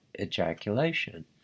ejaculation